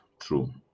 true